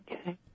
Okay